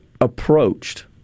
approached